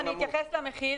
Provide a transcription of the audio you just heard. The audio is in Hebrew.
אני אתייחס למחיר.